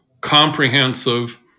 comprehensive